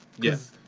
Yes